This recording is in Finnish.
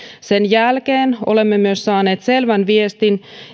sen jälkeen olemme saaneet selvän viestin